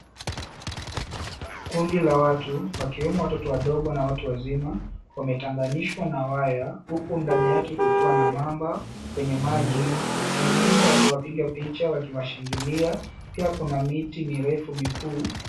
Kundi la watu wakiwemo watoto wadogo na watu wazima, wametenganishwa na waya huku ndani yake kukiwa na mamba kwenye maji. Wengine wakiwapiga picha, wakiwashangilia. Pia kuna miti mirefu mikuu.